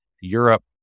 Europe